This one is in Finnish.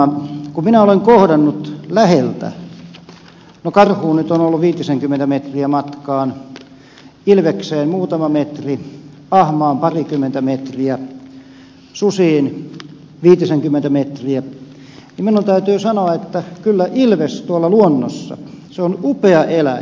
kun minä olen kohdannut läheltä no karhuun nyt on ollut viitisenkymmentä metriä matkaa ilvekseen muutama metri ahmaan parikymmentä metriä susiin viitisenkymmentä metriä niin minun täytyy sanoa että kyllä ilves tuolla luonnossa on upea eläin